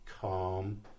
calm